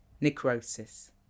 Necrosis